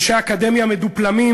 אנשי אקדמיה מדופלמים,